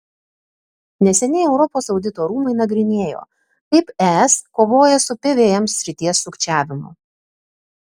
neseniai europos audito rūmai nagrinėjo kaip es kovoja su pvm srities sukčiavimu